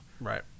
Right